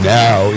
now